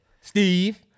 Steve